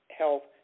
health